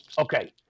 Okay